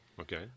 Okay